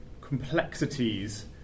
complexities